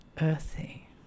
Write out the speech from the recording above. Earthy